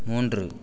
மூன்று